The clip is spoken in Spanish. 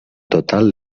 total